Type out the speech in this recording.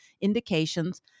indications